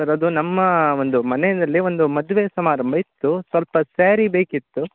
sir ಅದು ನಮ್ಮ ಒಂದು ಮನೆಯಲ್ಲಿ ಒಂದು ಮದುವೆ ಸಮಾರಂಭ ಇತ್ತು ಸ್ವಲ್ಪ ಸ್ಯಾರಿ ಬೇಕಿತ್ತು